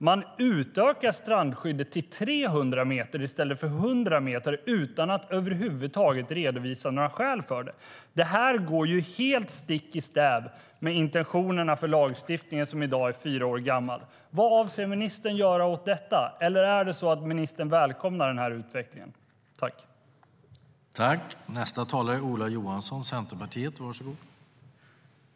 Skyddet utökas till 300 meter i stället för 100 meter utan att över huvud taget redovisa några skäl för det. Det går helt stick i stäv med intentionerna för den i dag fyra år gamla lagstiftningen.I detta anförande instämde Erik Ottoson och Ola Johansson .